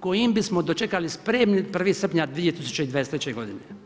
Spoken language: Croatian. kojim bismo dočekali spremni 1. srpnja 2023. godine.